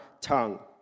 tongue